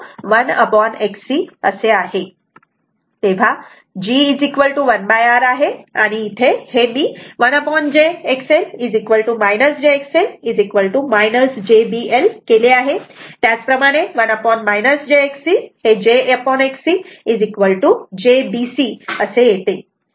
तेव्हा G 1 R आहे आणि मी इथे हे 1jXL jXL jB L केले आहे आणि त्याच प्रमाणे 1 j XC j XC j B C असे येते